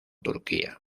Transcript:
turquía